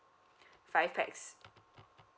five pax